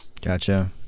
Gotcha